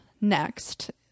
next